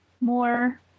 more